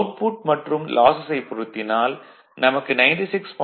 output மற்றும் லாசஸைப் பொருத்தினால் நமக்கு 96